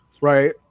right